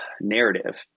narrative